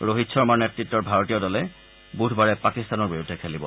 ৰোহিত শৰ্মাৰ নেতৃত্বৰ ভাৰতীয় দলে বুধবাৰে পাকিস্তানৰ বিৰুদ্ধে খেলিব